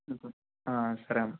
సరే అమ్మ